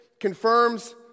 confirms